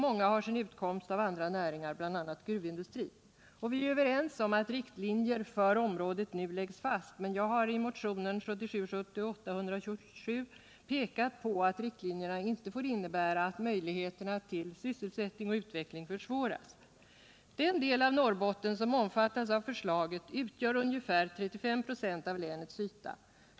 Många har sin utkomst av andra näringar, bl.a. gruvindustrin. Vi är överens om att riktlinjer för området nu skall läggas fast, men jag har i motionen 1977/78:127 pekat på att riktlinjerna inte får innebära att möjligheterna till sysselsättning och utveckling minskas. Den del av Norrbotten som omfattas av förslaget utgör ungefär 35 26 Nr 52 av länets yta.